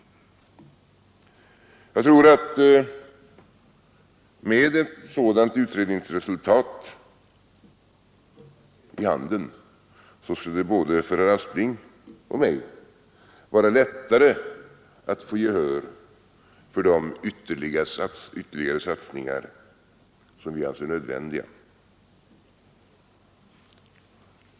Jag tror att med en sådan utrednings resultat i handen skulle det för både herr Aspling och mig vara lättare att få gehör för de ytterligare satsningar som vi anser nödvändiga.